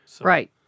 Right